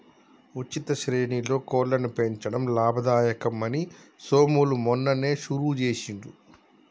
ఉచిత శ్రేణిలో కోళ్లను పెంచడం లాభదాయకం అని సోములు మొన్ననే షురువు చేసిండు